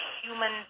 human